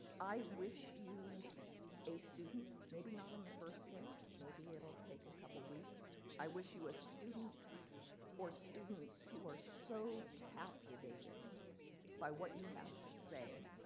i wish you a student maybe not on the first day, maybe it'll take a couple weeks. i wish you a student or students who are so captivated by what you have to say,